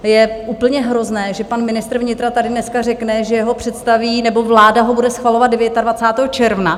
Je úplně hrozné, že pan ministr vnitra tady dneska řekne, že ho představí, nebo vláda ho bude schvalovat 29. června.